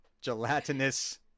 gelatinous